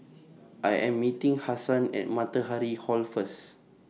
I Am meeting Hasan At Matahari Hall First